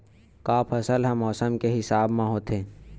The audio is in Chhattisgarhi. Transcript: का फसल ह मौसम के हिसाब म होथे?